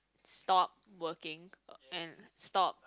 stop working and stop